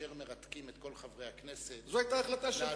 שכאשר מרתקים את כל חברי הכנסת בהצבעות,